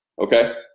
okay